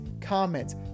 comments